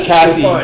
Kathy